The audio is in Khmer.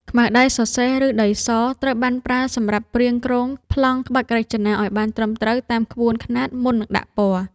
ខ្មៅដៃសរសេរ ឬដីស ត្រូវបានប្រើសម្រាប់ព្រាងគ្រោងប្លង់ក្បាច់រចនាឱ្យបានត្រឹមត្រូវតាមក្បួនខ្នាតមុននឹងដាក់ពណ៌។